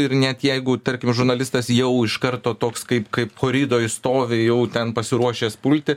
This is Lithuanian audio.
ir net jeigu tarkim žurnalistas jau iš karto toks kaip kaip koridoriuj stovi jau ten pasiruošęs pulti